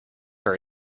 her